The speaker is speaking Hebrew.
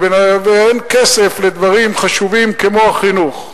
ואין כסף לדברים חשובים כמו החינוך.